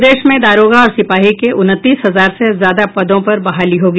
प्रदेश में दारोगा और सिपाही के उनतीस हजार से ज्यादा पदों पर बहाली होगी